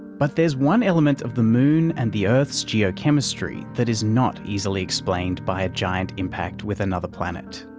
but there's one element of the moon and the earth's geochemistry that is not easily explained by a giant impact with another planet.